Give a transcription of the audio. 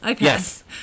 yes